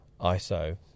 ISO